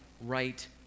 right